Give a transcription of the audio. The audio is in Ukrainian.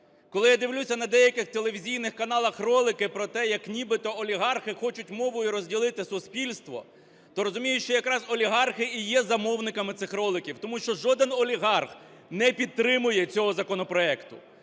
Коли я дивлюся на деяких телевізійних каналах ролики про те, як нібито олігархи хочуть мовою розділити суспільство, то розумію, що якраз олігархи і є замовниками цих роликів, тому що жоден олігарх не підтримує цього законопроекту.